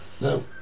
No